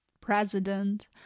president